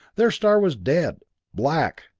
their star was dead black.